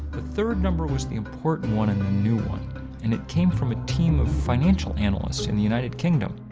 the third number was the important one and the new one and it came from a team of financial analysts in the united kingdom.